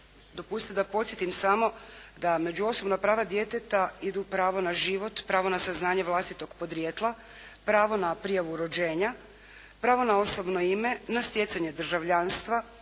dopustite da podsjetim samo da među osobna prava djeteta idu pravo na život, pravo na saznanje vlastitog podrijetla, pravo na prijavu rođenja, pravo na osobno ime, na stjecanje državljanstva,